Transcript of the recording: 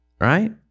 right